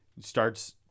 starts